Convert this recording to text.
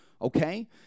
Okay